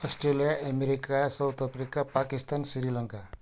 Australia America South Africa Pakistan Sri Lanka